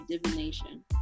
divination